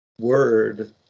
word